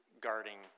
guarding